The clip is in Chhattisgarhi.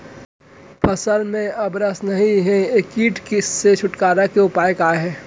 फसल में अब रस नही हे ये किट से छुटकारा के उपाय का हे?